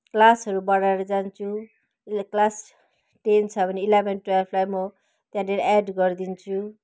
क्लासहरू बढाएर जान्छु क्लास टेन छ भने इलेवेन ट्वेल्भलाई म त्यहाँनिर एड गरिदिन्छु